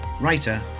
Writer